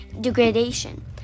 degradation